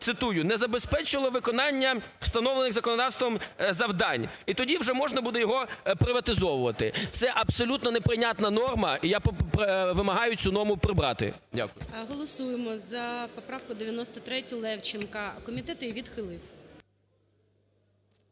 "не забезпечило виконання встановлених законодавством завдань", і тоді вже можна буде йогоприватизовувати. Це абсолютно неприйнятна норма, і я вимагаю цю норму прибрати. Дякую. ГОЛОВУЮЧИЙ. Голосуємо за поправку 93, Левченка. Комітет її відхилив.